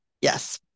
yes